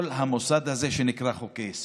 חוכא ואטלולא מכל המוסד הזה שנקרא חוקי-יסוד.